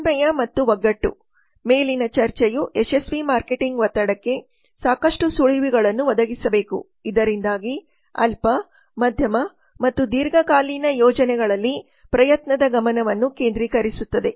ಸಮನ್ವಯ ಮತ್ತು ಒಗ್ಗಟ್ಟು ಮೇಲಿನ ಚರ್ಚೆಯು ಯಶಸ್ವಿ ಮಾರ್ಕೆಟಿಂಗ್ ಒತ್ತಡಕ್ಕೆ ಸಾಕಷ್ಟು ಸುಳಿವುಗಳನ್ನು ಒದಗಿಸಬೇಕು ಇದರಿಂದಾಗಿ ಅಲ್ಪ ಮಧ್ಯಮ ಮತ್ತು ದೀರ್ಘಕಾಲೀನ ಯೋಜನೆಗಳಲ್ಲಿ ಪ್ರಯತ್ನದ ಗಮನವನ್ನು ಕೇಂದ್ರೀಕರಿಸುತ್ತದೆ